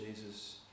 Jesus